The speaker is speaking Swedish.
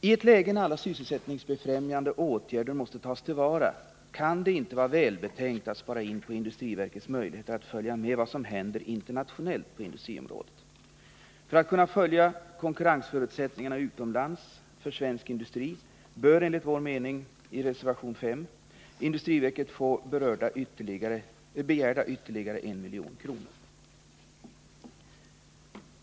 I ett läge där alla sysselsättningsfrämjande åtgärder måste tas till vara kan det inte vara välbetänkt att spara in på industriverkets möjligheter att följa med vad som händer internationellt på industriområdet. För att kunna följa konkurrensförutsättningarna utomlands för svensk industri bör enligt vad vi uttalar i reservation 5 industriverket få begärda ytterligare 1 milj.kr.